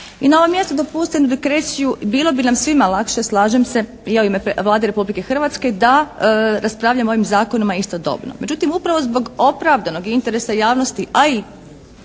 I na ovom mjestu dopustite mi digresiju bilo bi nam svima lakše, slažem se, i ja u ime Vlade Republike Hrvatske da raspravljamo o ovim zakonima istodobno. Međutim upravo zbog opravdanog interesa javnosti a i